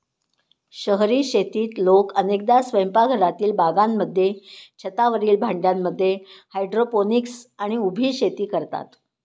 शहरी शेतीत लोक अनेकदा स्वयंपाकघरातील बागांमध्ये, छतावरील भांड्यांमध्ये हायड्रोपोनिक्स आणि उभी शेती करतात